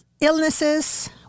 illnesses